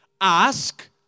ask